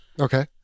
Okay